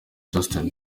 justin